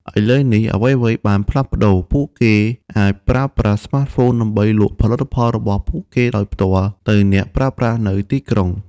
ឥឡូវនេះ អ្វីៗបានផ្លាស់ប្ដូរ ពួកគេអាចប្រើប្រាស់ស្មាតហ្វូនដើម្បីលក់ផលិតផលរបស់ពួកគេដោយផ្ទាល់ទៅអ្នកប្រើប្រាស់នៅទីក្រុង។